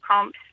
Comps